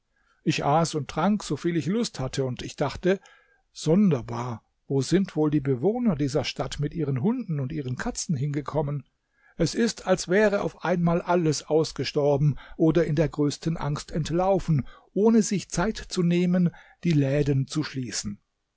ich aß und trank soviel ich lust hatte und dachte sonderbar wo sind wohl die bewohner dieser stadt mit ihren hunden und ihren katzen hingekommen es ist als wäre auf einmal alles ausgestorben oder in der größten angst entlaufen ohne sich zeit zu nehmen die läden zu schließen